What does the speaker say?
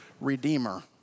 Redeemer